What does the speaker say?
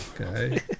Okay